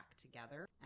together